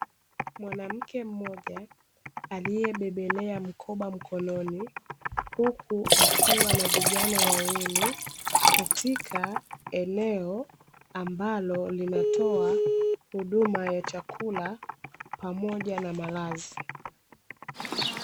Mwanamke mmoja aliyebebelea mkoba mkononi, huku akiwa na vijana wawili katika eneo ambalo linatoa huduma ya chakula pamoja na maladhi.